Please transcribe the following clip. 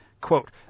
Quote